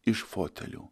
iš fotelių